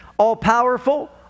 all-powerful